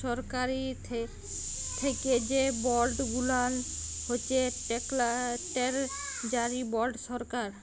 সরকারি থ্যাকে যে বল্ড গুলান হছে টেরজারি বল্ড সরকার